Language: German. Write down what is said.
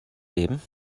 leben